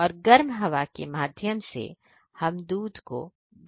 और गर्म हवा के माध्यम से हम दूध को गर्म करते हैं